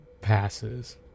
passes